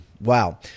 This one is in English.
Wow